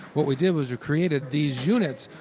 what we did was we created these units,